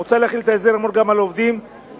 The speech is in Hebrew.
מוצע להחיל את ההסדר האמור גם על עובדים שהוקנתה